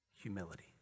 humility